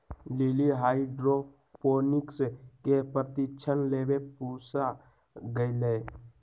lily hydroponics के प्रशिक्षण लेवे पूसा गईलय